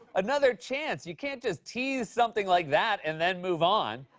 another chance? you can't just tease something like that and then move on.